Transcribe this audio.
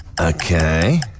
Okay